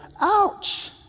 ouch